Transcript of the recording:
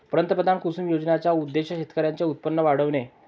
पंतप्रधान कुसुम योजनेचा उद्देश शेतकऱ्यांचे उत्पन्न वाढविणे